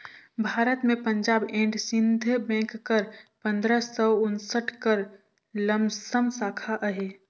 भारत में Punjab and Sind bank कर पंदरा सव उन्सठ कर लमसम साखा अहे